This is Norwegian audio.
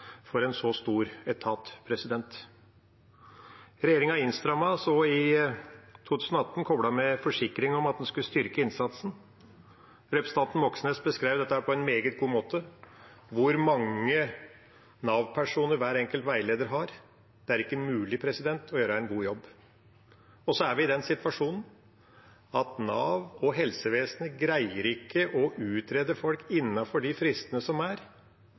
for en så stor etat. Regjeringen innstrammet så i 2018, koblet med forsikring om at en skulle styrke innsatsen. Representanten Moxnes beskrev dette på en meget god måte, hvor mange Nav-personer hver enkelt veileder har. Det er ikke mulig å gjøre en god jobb. Og så er vi i den situasjonen at Nav og helsevesenet ikke greier å utrede folk innenfor de fristene som er.